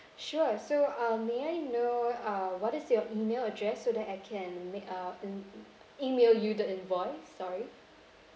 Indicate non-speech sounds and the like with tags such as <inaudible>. sure so um may I know uh what is your email address so that I can make uh in <noise> email you the invoice sorry